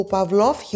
Pavlov